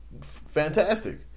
fantastic